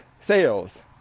sales